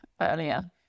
earlier